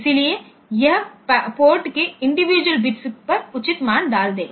इसलिए यह पोर्ट के इंडिविजुअल बिट्स पर उचित मान डाल देगा